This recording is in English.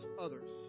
others